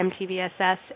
MTVSS